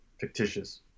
fictitious